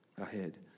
ahead